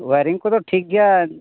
wiring ᱠᱚᱫᱚ ᱴᱷᱤᱠ ᱜᱮᱭᱟ